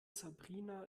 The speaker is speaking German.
sabrina